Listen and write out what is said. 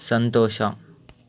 ಸಂತೋಷ